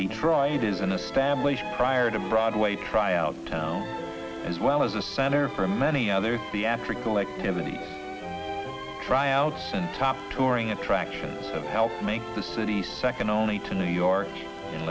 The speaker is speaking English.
detroit is an established prior to broadway tryout town as well as a center for many other theatrical activities tryouts and top touring attractions of help make this city second only to new york